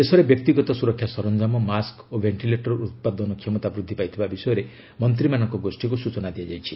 ଦେଶରେ ବ୍ୟକ୍ତିଗତ ସୁରକ୍ଷା ସରଞ୍ଜାମ ମାସ୍କ୍ ଓ ବେଷ୍କିଲେଟର ଉତ୍ପାଦନ କ୍ଷମତା ବୃଦ୍ଧି ପାଇଥିବା ବିଷୟରେ ମନ୍ତ୍ରୀମାନଙ୍କର ଗୋଷ୍ଠୀକୁ ସୂଚନା ଦିଆଯାଇଛି